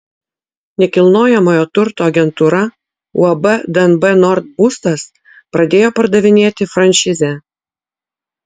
nekilnojamojo turto agentūra uab dnb nord būstas pradėjo pardavinėti franšizę